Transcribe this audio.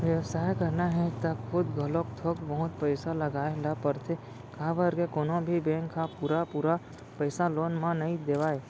बेवसाय करना हे त खुद घलोक थोक बहुत पइसा लगाए ल परथे काबर के कोनो भी बेंक ह पुरा पुरा पइसा लोन म नइ देवय